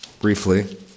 briefly